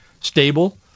stable